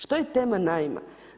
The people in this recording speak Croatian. Što je tema najma?